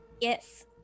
Yes